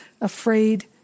afraid